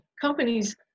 companies